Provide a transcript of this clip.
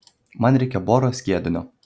man reikia boro skiedinio